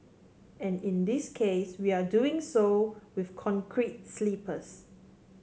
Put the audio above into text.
and in this case we are doing so with concrete sleepers